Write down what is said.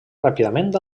ràpidament